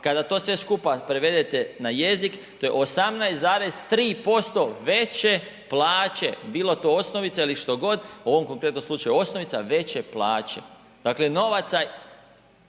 Kada to sve skupa prevedete na jezik to je 18,3% veće plaće bilo to osnovica ili što god, u ovom konkretnom slučaju osnovica veće plaće. Dakle novaca